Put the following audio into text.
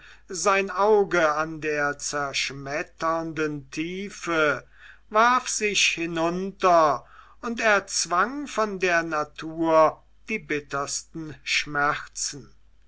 sein auge an der zerschmetternden tiefe warf sich hinunter und erzwang von der natur die bittersten schmerzen